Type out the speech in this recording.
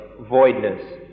voidness